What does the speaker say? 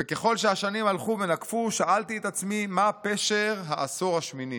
וככל שהשנים הלכו ונקפו שאלתי את עצמי מה פשר העשור השמיני.